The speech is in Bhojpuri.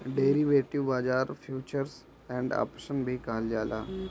डेरिवेटिव बाजार फ्यूचर्स एंड ऑप्शन भी कहल जाला